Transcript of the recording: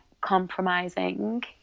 compromising